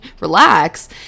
relax